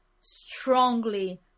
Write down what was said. strongly